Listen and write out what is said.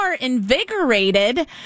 invigorated